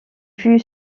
fut